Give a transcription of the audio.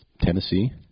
Tennessee